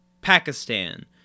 Pakistan